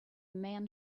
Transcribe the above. man